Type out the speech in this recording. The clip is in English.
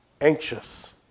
anxious